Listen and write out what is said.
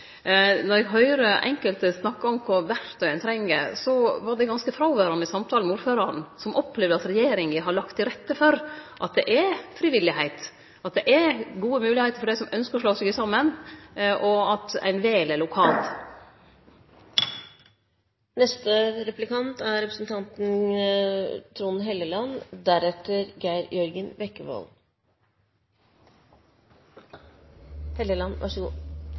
Eg høyrer enkelte snakke om kva verktøy ein treng, men det var ganske fråverande i samtalen med ordføraren, som opplevde at regjeringa har lagt til rette for at det er frivilligheit, at det er gode moglegheiter for dei som ynskjer å slå seg saman, og at ein vel